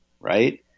right